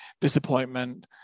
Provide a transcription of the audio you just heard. disappointment